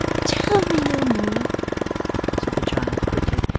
tell me no more said the child quickly.